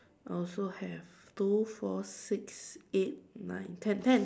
I also have two four six eight nine ten ten